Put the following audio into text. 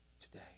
today